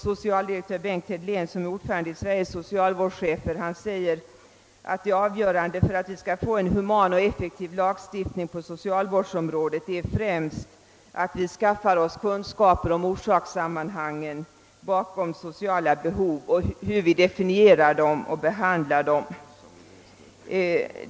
Socialdirektör Bengt Hedlén, som är ordförande i föreningen, säger att det avgörande för att vi skall få en human och effektiv lagstiftning på socialvårdsområdet är främst att vi skaffar oss kunskaper om orsakssammanhangen bakom sociala behov och hur vi definierar dem och behandlar dem.